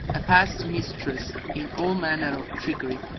a past mistress in all manner of trickery.